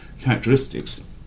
characteristics